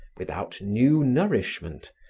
without new nourishment,